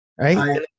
right